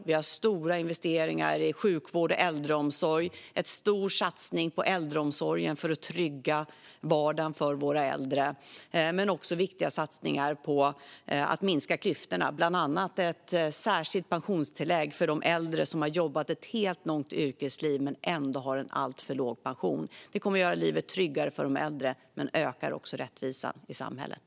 Vi har stora investeringar i sjukvård och äldreomsorg - en stor satsning på äldreomsorgen för att trygga vardagen för våra äldre. Vi har också viktiga satsningar för att minska klyftorna, bland annat ett särskilt pensionstillägg för de äldre som har jobbat ett helt, långt yrkesliv men ändå har en alltför låg pension. Det kommer att göra livet tryggare för de äldre och också öka rättvisan i samhället.